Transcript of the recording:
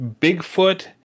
Bigfoot